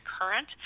current